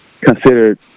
considered